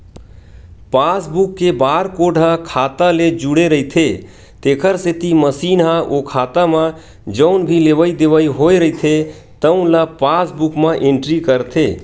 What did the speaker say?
passbook के barcode ह खाता ले जुड़े रहिथे तेखर सेती मसीन ह ओ खाता म जउन भी लेवइ देवइ होए रहिथे तउन ल पासबूक म एंटरी करथे